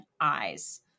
eyes